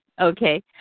Okay